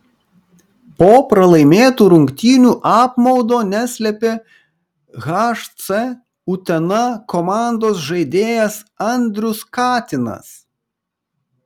po pralaimėtų rungtynių apmaudo neslėpė hc utena komandos žaidėjas andrius katinas